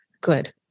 good